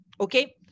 okay